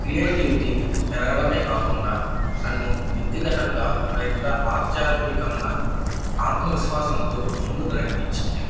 creativity పెరగడమే కాకుండా నన్ను వ్యక్తిగతంగా మరింత ఆధ్యాత్మికంగా ఆత్మవిశ్వాసంతో ముందుకు నడిపించింది